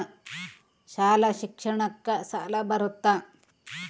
ಶಾಲಾ ಶಿಕ್ಷಣಕ್ಕ ಸಾಲ ಬರುತ್ತಾ?